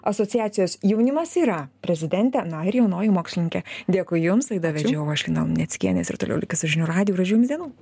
asociacijos jaunimas yra prezidentė na ir jaunoji mokslininkė dėkui jums laidą vedžiau aš lina luneckienė ir toliau likit su žinių radiju gražių jums dienų